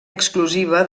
exclusiva